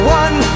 one